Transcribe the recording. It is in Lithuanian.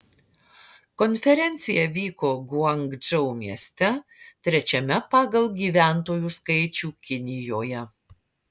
konferencija vyko guangdžou mieste trečiame pagal gyventojų skaičių kinijoje